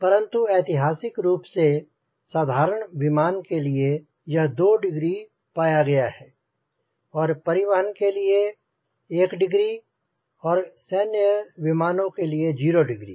परंतु ऐतिहासिक रूप से साधारण विमान के लिए यह 2 डिग्री पाया गया है और परिवहन के लिए 1 डिग्री और सैन्य विमानों के लिए 0 डिग्री